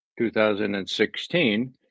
2016